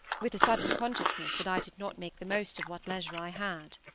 with a sudden consciousness that i did not make the most of what leisure i had.